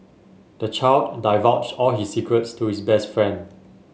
the child divulged all his secrets to his best friend